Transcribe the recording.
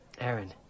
Aaron